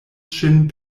ŝin